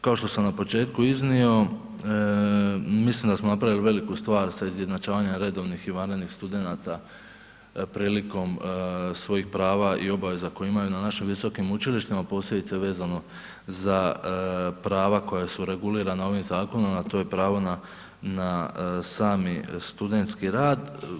Kao što sam na početku iznio, mislim da smo napravili veliku stvar sa izjednačavanjem redovnih i vanrednih studenata prilikom svojih prava i obaveza na našim visokim učilištima, posebice vezano za prava koja su regulirana ovim zakonom, a to je pravo na sami studentski rad.